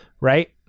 Right